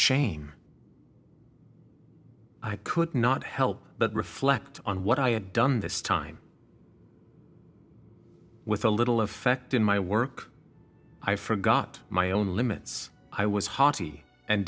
shame i could not help but reflect on what i had done this time with a little of fact in my work i forgot my own limits i was hearty and